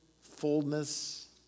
fullness